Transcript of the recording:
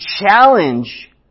challenge